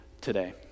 today